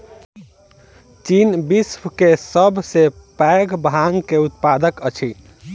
चीन विश्व के सब सॅ पैघ भांग के उत्पादक अछि